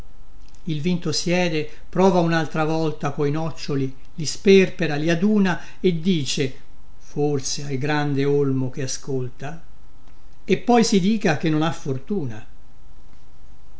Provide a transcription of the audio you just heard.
il vinto siede prova unaltra volta coi nocciuoli di sperpera li aduna e dice forse al grande olmo che ascolta e poi si dica che non ha fortuna